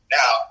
now